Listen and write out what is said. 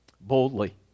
boldly